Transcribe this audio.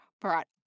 brought